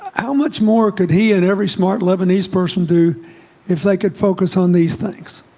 how much more could he and every smart lebanese person do if they could focus on these things